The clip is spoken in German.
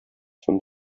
von